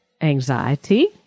anxiety